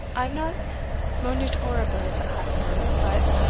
i am not monitoribus asper, but,